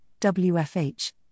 WFH